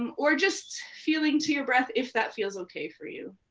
um or just feeling to your breath, if that feels okay for you.